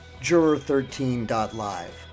Juror13.live